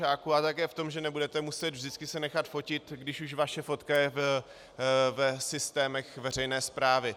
A také to, že nebudete muset vždycky se nechat fotit, když už vaše fotka je v systémech veřejné správy.